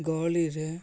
ଗହଳିରେ